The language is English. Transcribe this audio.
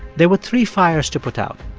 there were three fires to put out.